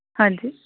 ਹਾਂਜੀ